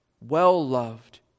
well-loved